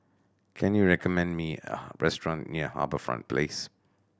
can you recommend me a restaurant near HarbourFront Place